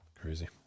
Crazy